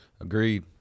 Agreed